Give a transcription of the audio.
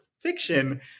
fiction